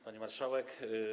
Pani Marszałek!